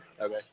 Okay